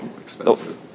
expensive